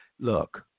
look